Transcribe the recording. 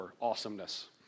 awesomeness